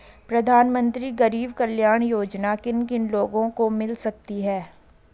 प्रधानमंत्री गरीब कल्याण योजना किन किन लोगों को मिल सकती है?